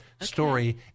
story